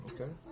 Okay